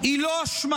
היא לא אשמה.